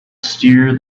steer